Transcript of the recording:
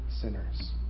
sinners